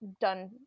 done